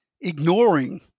ignoring